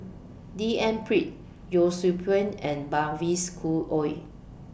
D N Pritt Yee Siew Pun and Mavis Khoo Oei